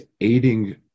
aiding